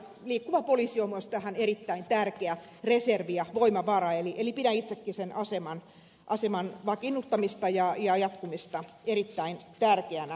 liikkuva poliisi on myös tässä erittäin tärkeä reservi ja voimavara eli pidän itsekin sen aseman vakiinnuttamista ja jatkumista erittäin tärkeänä kysymyksenä